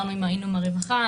היינו עם הרווחה,